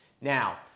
Now